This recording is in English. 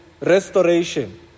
restoration